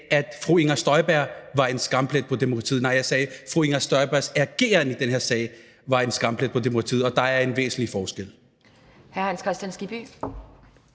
at fru Inger Støjberg er en skamplet på demokratiet. Nej, jeg sagde, at fru Inger Støjbergs ageren i den her sag er en skamplet på demokratiet, og der er en væsentlig forskel.